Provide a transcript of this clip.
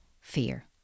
fear